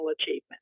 Achievement